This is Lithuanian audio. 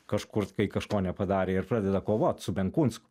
kažkur kai kažko nepadarė ir pradeda kovot su benkunsku